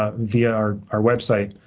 ah via our our website.